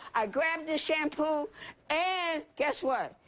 i grab the shampoo and guess what.